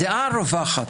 הדעה הרווחת,